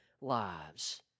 lives